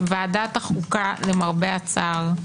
שוועדת החוקה למרבה הצער,